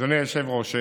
אדוני היושב-ראש,